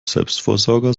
selbstversorger